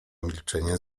milczenie